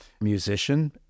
musician